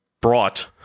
brought